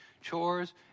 chores